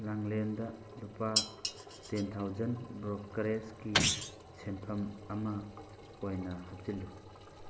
ꯂꯥꯡꯂꯦꯟꯗ ꯂꯨꯄꯥ ten thousand ꯕ꯭ꯔꯣꯀꯔꯦꯁꯀꯤ ꯁꯦꯟꯐꯝ ꯑꯃ ꯑꯣꯏꯅ ꯍꯥꯞꯆꯤꯜꯂꯨ